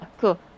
cool